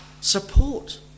Support